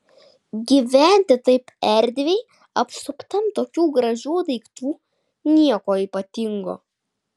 gyventi taip erdviai apsuptam tokių gražių daiktų nieko ypatingo